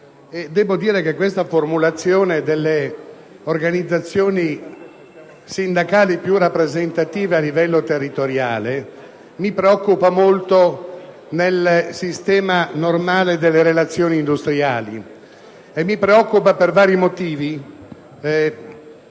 debbo dire che questa formulazione che fa riferimento alle organizzazioni sindacali più rappresentative a livello territoriale mi preoccupa molto nel sistema normale delle relazioni industriali, per vari motivi